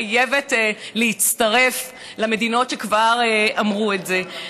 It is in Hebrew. חייבת להצטרף למדינות שכבר אמרו את זה.